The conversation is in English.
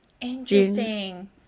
Interesting